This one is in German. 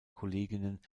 kolleginnen